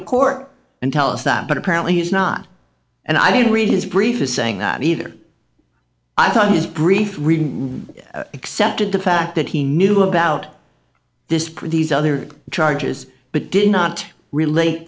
to court and tell us that but apparently he's not and i did read his brief are saying that either i thought his brief read accepted the fact that he knew about this pretties other charges but did not relate